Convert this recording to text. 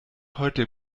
heute